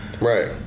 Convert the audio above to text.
Right